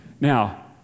Now